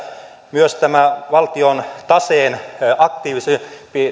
myös tämä valtion taseen aktiivisempi